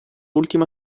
ultima